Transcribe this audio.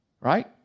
right